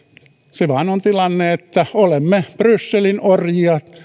se vaan on tilanne että olemme brysselin orjia